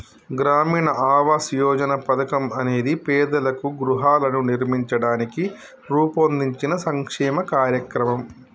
గ్రామీణ ఆవాస్ యోజన పథకం అనేది పేదలకు గృహాలను నిర్మించడానికి రూపొందించిన సంక్షేమ కార్యక్రమం